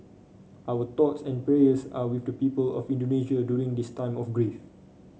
our thoughts and prayers are with the people of Indonesia during this time of grief